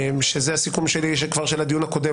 כשזה הסיכום שלי כבר של הדיון הקודם,